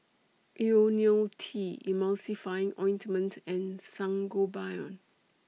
Ionil T Emulsying Ointment and Sangobion